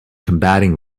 combating